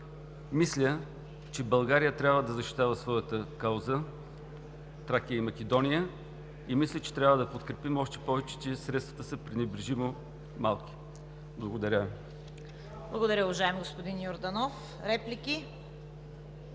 Мисля, че България трябва да защитава своята кауза – Тракия и Македония, и мисля, че трябва да я подкрепим, още повече че средствата са пренебрежимо малки. Благодаря Ви. ПРЕДСЕДАТЕЛ ЦВЕТА КАРАЯНЧЕВА: Благодаря, уважаеми господин Йорданов. Реплики?